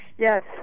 Yes